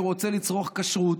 שרוצה לצרוך כשרות,